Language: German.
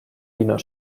wiener